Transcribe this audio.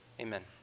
Amen